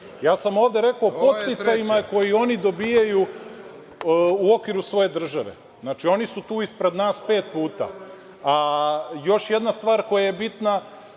Ja sam ovde rekao podsticajima koji oni dobijaju u okviru svoje države. Znači, oni su tu ispred nas pet puta. Još jedna stvar koja je bitna,